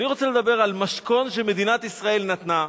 אני רוצה לדבר על משכון שמדינת ישראל נתנה,